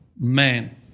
man